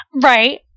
Right